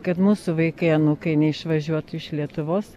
kad mūsų vaikai anūkai neišvažiuotų iš lietuvos